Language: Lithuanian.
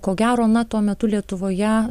ko gero na tuo metu lietuvoje